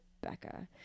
Becca